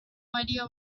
idea